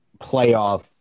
playoff